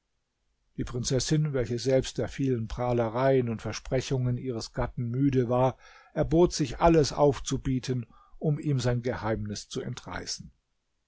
die prinzessin welche selbst der vielen prahlereien und versprechungen ihres gatten müde war erbot sich alles aufzubieten um ihm sein geheimnis zu entreißen